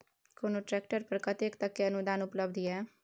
कोनो ट्रैक्टर पर कतेक तक के अनुदान उपलब्ध ये?